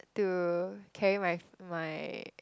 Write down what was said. to carry my my